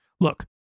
Look